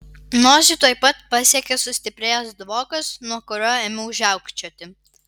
nosį tuoj pat pasiekė sustiprėjęs dvokas nuo kurio ėmiau žiaukčioti